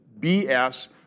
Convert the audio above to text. BS